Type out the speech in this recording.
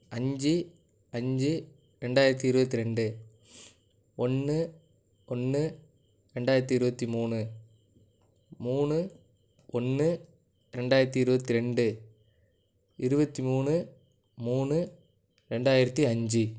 அஞ்சு அஞ்சு ரெண்டாயிரத்து இருபத்தி ரெண்டு ஒன்று ஒன்று ரெண்டாயிரத்து இருபத்தி மூணு மூணு ஒன்று ரெண்டாயிரத்து இருபத்தி ரெண்டு இருபத்தி மூணு மூணு ரெண்டாயிரத்து அஞ்சு